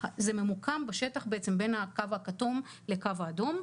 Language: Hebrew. זה ממוקם בשטח בעצם בין הקו הכתום לקו האדום.